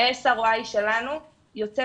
זאת אומרת